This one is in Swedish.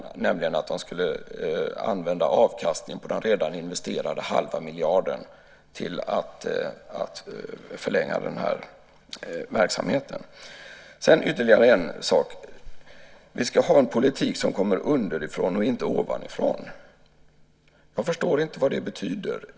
Från början sades att man skulle använda avkastningen på den redan investerade halva miljarden till att förlänga den här verksamheten. Sedan var det ytterligare en sak, nämligen detta med att vi ska ha en politik som kommer underifrån och inte ovanifrån. Jag förstår inte vad det betyder.